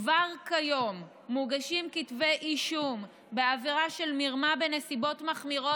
כבר כיום מוגשים כתבי אישום על עבירה של מרמה בנסיבות מחמירות,